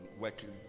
working